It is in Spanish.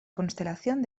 constelación